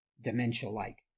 dementia-like